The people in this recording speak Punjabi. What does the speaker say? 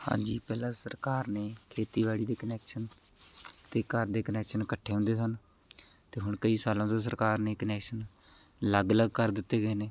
ਹਾਂਜੀ ਪਹਿਲਾਂ ਸਰਕਾਰ ਨੇ ਖੇਤੀਬਾੜੀ ਦੇ ਕਨੈਕਸ਼ਨ ਅਤੇ ਘਰ ਦੇ ਕਨੈਕਸ਼ਨ ਇਕੱਠੇ ਹੁੰਦੇ ਸਨ ਅਤੇ ਹੁਣ ਕਈ ਸਾਲਾਂ ਤੋਂ ਸਰਕਾਰ ਨੇ ਕਨੈਕਸ਼ਨ ਅਲੱਗ ਅਲੱਗ ਕਰ ਦਿੱਤੇ ਗਏ ਨੇ